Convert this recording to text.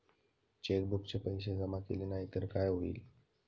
चेकबुकचे पैसे जमा केले नाही तर काय होईल?